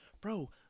Bro